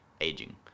aging